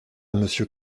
monsieur